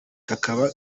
kakaba